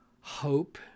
hope